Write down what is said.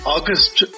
August